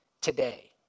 today